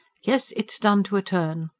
yes, it's done to a turn.